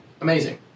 amazing